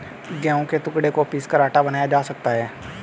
गेहूं के टुकड़ों को पीसकर आटा बनाया जा सकता है